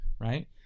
right